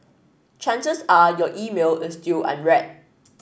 chances are your email is still unread